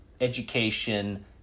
education